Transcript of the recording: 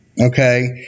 okay